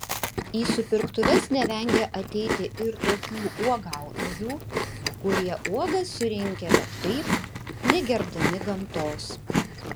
į supirktuves nevengia ateiti ir tokių uogautojų kurie uogas surinkę bet kaip negerbdami gamtos